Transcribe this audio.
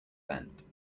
event